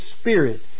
Spirit